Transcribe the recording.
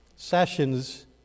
Sessions